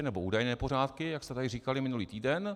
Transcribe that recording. Nebo údajné nepořádky, jak jste tady říkali minulý týden?